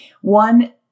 One